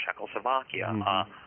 Czechoslovakia